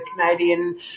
Canadian